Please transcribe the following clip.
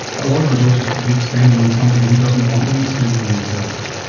a lot of resources could be expended on somebody who doesn't want them expended on themselves.